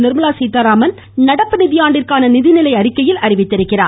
நிர்மலா சீத்தாராமன் நடப்பு நிதியாண்டிற்கான நிதிநிலை அறிக்கையில் தெரிவித்துள்ளார்